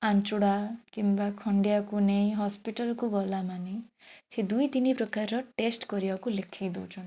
ଆଞ୍ଚୁଡ଼ା କିମ୍ବା ଖଣ୍ଡିଆକୁ ନେଇ ହସ୍ପିଟାଲ୍କୁ ଗଲାମାନେ ସେ ଦୁଇ ତିନି ପ୍ରକାରର ଟେଷ୍ଟ କରିବାକୁ ଲେଖେଇ ଦେଉଛନ୍ତି